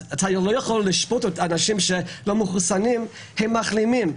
אז אתה לא יכול לשפוט אנשים שלא מחוסנים כי הם מחלימים,